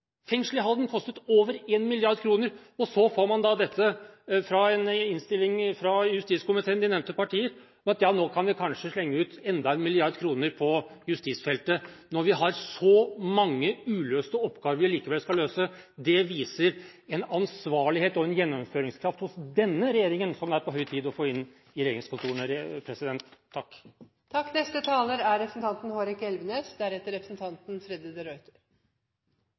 kostet over 1 mrd. kr. Så får man da, i en innstilling fra justiskomiteen, høre fra de nevnte partier at nå kan vi kanskje slenge ut enda 1 mrd. kr på justisfeltet – når vi har så mange uløste oppgaver vi likevel skal løse. Det viser en ansvarlighet og en gjennomføringskraft hos denne regjeringen som det var på høy tid å få inn i regjeringskontorene. Jeg vil minne representanten Henriksen om at et fengsel kanskje er